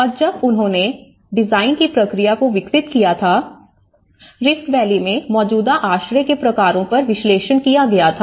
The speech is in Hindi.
और जब उन्होंने डिजाइन की प्रक्रिया को विकसित किया था रिफ्ट वैली में मौजूदा आश्रय के प्रकारों पर विश्लेषण किया गया था